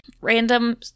random